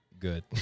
good